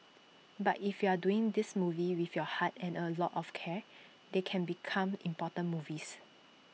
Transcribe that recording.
but if you're doing these movies with your heart and A lot of care they can become important movies